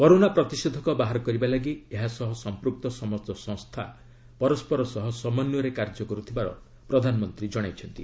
corona ପ୍ରତିଷେଧକ ବାହାର କରିବା ଲାଗି ଏହା ସହ ସମ୍ପୃକ୍ତ ସମସ୍ତ ସଂସ୍ଥା ପରସ୍କର ସହ ସମନ୍ୱୟରେ କାର୍ଯ୍ୟ କରୁଥିବାର ପ୍ରଧାନମନ୍ତ୍ରୀ କହିଛନ୍ତି